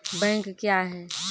Bank क्या हैं?